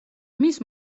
მის